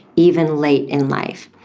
even late in life.